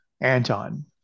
Anton